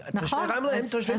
תושבי רמלה הם תושבי מרכז.